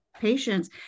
patients